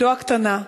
בתו הקטנה,